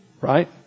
right